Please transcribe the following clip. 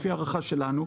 לפי ההערכה שלנו,